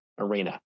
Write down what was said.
arena